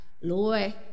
Lord